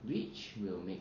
which will make